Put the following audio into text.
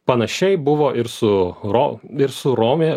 panašiai buvo ir su ro ir su romė